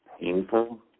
painful